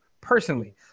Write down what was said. personally